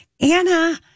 anna